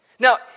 Now